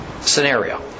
scenario